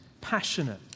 Passionate